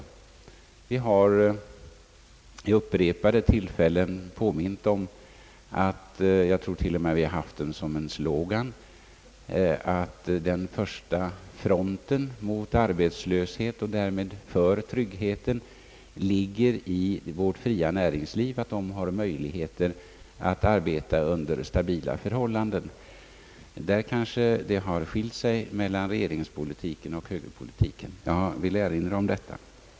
Vi har vid upprepade tillfällen påmint om — jag tror till och med att vi har gjort det till en slogan — att den första fronten mot arbetslöshet och därmed för trygghet ligger i vårt fria näringsliv och att det har möjligheter att arbeta under stabila förhållanden. Där kanske det har skilt sig mellan regeringspolitiken och högerpolitiken. Jag vill erinra om detta.